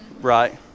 right